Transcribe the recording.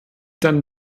dann